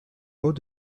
mots